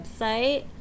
website